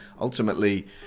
ultimately